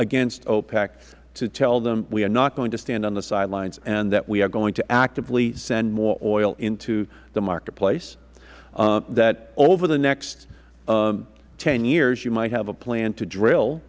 against opec to tell them we are not going to stand on the sidelines and that we are going to actively send more oil into the marketplace that over the next ten years you might have a plan to